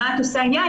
"מה את עושה עניין",